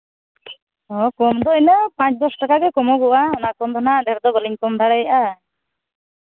ᱦᱚᱸ ᱠᱚᱢ ᱫᱚ ᱤᱱᱟᱹ ᱯᱟᱸᱪ ᱫᱚᱥ ᱴᱟᱠᱟᱜᱮ ᱠᱚᱢᱚᱜᱚᱜᱼᱟ ᱚᱱᱟ ᱠᱷᱚᱱ ᱫᱚ ᱦᱟᱸᱜ ᱰᱷᱮᱹᱨ ᱫᱚ ᱵᱟᱹᱞᱤᱧ ᱠᱚᱢ ᱫᱟᱲᱮᱭᱟᱜᱼᱟ